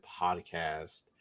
Podcast